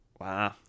Wow